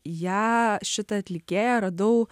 ją šitą atlikėją radau